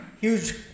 huge